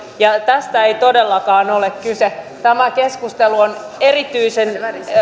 tästä ei todellakaan ole kyse tämä keskustelu on erityisen